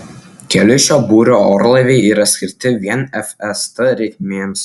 keli šio būrio orlaiviai yra skirti vien fst reikmėms